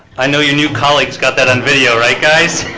i know your new colleagues got that on video right guys